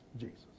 Jesus